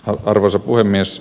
arvoisa puhemies